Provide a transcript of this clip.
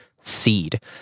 Seed